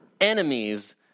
Enemies